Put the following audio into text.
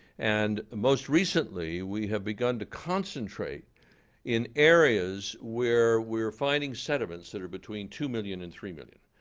and most recently we have begun to concentrate in areas where we're finding sediments that are between two million and three million.